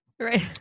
Right